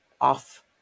off